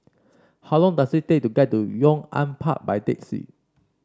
how long does it take to get to Yong An Park by taxi